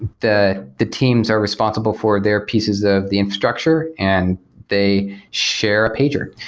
the the teams are responsible for their pieces of the infrastructure and they share a pager.